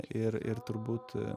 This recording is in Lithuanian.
ir ir turbūt